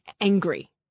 angry